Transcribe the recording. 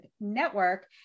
Network